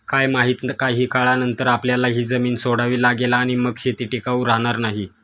काय माहित, काही काळानंतर आपल्याला ही जमीन सोडावी लागेल आणि मग शेती टिकाऊ राहणार नाही